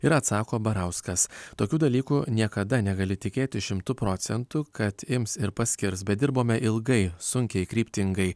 ir atsako barauskas tokių dalykų niekada negali tikėtis šimtu procentų kad ims ir paskirs bet dirbome ilgai sunkiai kryptingai